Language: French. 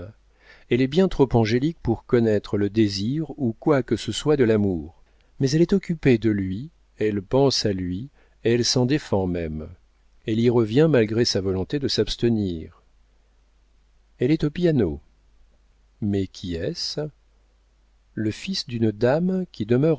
elle est bien trop angélique pour connaître le désir ou quoi que ce soit de l'amour mais elle est occupée de lui elle pense à lui elle s'en défend même elle y revient malgré sa volonté de s'abstenir elle est au piano mais qui est-ce le fils d'une dame qui demeure